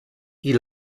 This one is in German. die